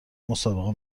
مسابقه